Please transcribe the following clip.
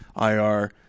IR